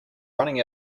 running